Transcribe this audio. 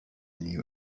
new